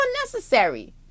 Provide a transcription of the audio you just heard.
unnecessary